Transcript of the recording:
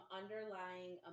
underlying